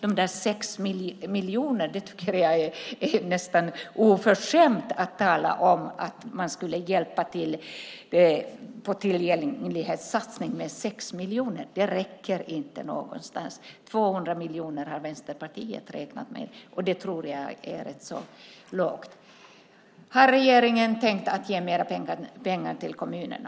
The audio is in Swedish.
Jag tycker att det är nästan oförskämt att tala om att tillgänglighetssatsningen med 6 miljoner skulle hjälpa. Det räcker inte någonstans. 200 miljoner har Vänsterpartiet räknat med, och det tror jag är rätt så lågt. Har regeringen tänkt ge mer pengar till kommunerna?